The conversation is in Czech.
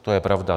To je pravda.